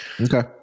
Okay